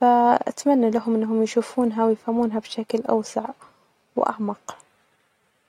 فا أتمني لهم أنهم يشوفونها ويفهمونها بشكل أوسع وأعمق.